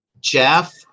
Jeff